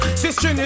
sister